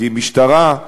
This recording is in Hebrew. כי משטרה,